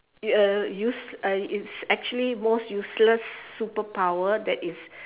uh use uh it's actually most useless superpower that is